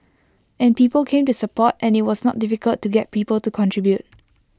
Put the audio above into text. and people came to support and IT was not difficult to get people to contribute